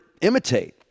imitate